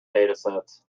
datasets